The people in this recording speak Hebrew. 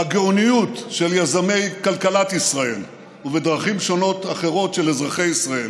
בגאוניות של יזמי כלכלת ישראל ובדרכים שונות אחרות של אזרחי ישראל,